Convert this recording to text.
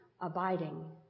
abiding